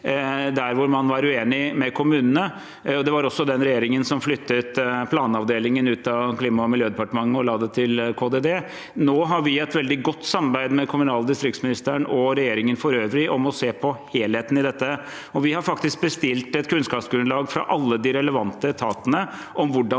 der man var uenig med kommunene. Det var også den regjeringen som flyttet planavdelingen ut av Klima- og miljødepartementet og la det til Kommunal- og distriktsdepartementet. Vi har nå et veldig godt samarbeid med kommunalog distriktsministeren og regjeringen for øvrig om å se på helheten i dette. Vi har faktisk bestilt et kunnskapsgrunnlag fra alle de relevante etatene om hvordan